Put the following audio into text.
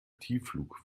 tiefflug